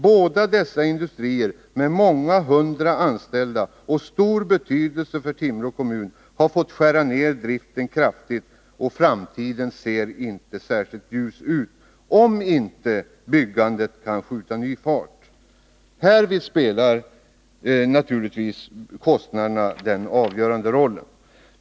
Båda dessa industrier, som har många hundra anställda och som har stor betydelse för Timrå kommun, har fått skära ner driften kraftigt. Och framtiden ser inte särskilt ljus ut, om inte byggandet kan skjuta ny fart. Härvid spelar naturligtvis kostnaderna den avgörande rollen.